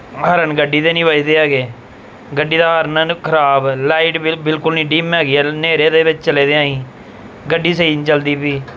ਹਾਰਨ ਗੱਡੀ ਦੇ ਨਹੀਂ ਵੱਜਦੇ ਹੈਗੇ ਗੱਡੀ ਦਾ ਹਾਰਨ ਹਨ ਖਰਾਬ ਲਾਈਟ ਬਿਲ ਬਿਲਕੁਲ ਨਹੀਂ ਡੀਮ ਹੈਗੀ ਹੈ ਹਨੇਰੇ ਦੇ ਵਿੱਚ ਚੱਲੇ ਦੇ ਅਸੀਂ ਗੱਡੀ ਸਹੀ ਨਹੀਂ ਚੱਲਦੀ ਪਈ